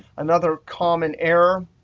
another common error,